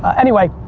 anyway,